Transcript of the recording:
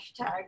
hashtag